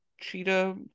cheetah